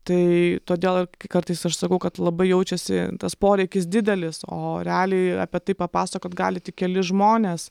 tai todėl kartais aš sakau kad labai jaučiasi tas poreikis didelis o realiai apie tai papasakot gali tik keli žmonės